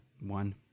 One